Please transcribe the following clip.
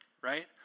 Right